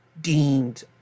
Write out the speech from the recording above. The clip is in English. deemed